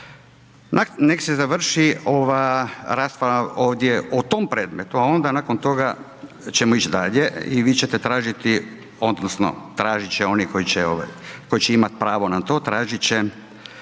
Nek se završi ova rasprava ovdje o tom predmetu, a onda nakon toga ćemo ić dalje i vi ćete tražiti odnosno tražit će oni koji će imat pravo na to, tražit će